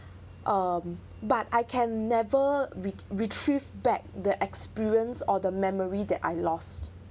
um but I can never re~ retrieve back the experience or the memory that I lost